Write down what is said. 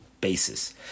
basis